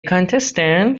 contestant